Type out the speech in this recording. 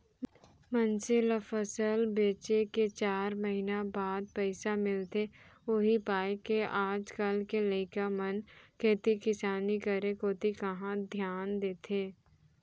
मनसे ल फसल बेचे के चार महिना बाद पइसा मिलथे उही पायके आज काल के लइका मन खेती किसानी करे कोती कहॉं धियान देथे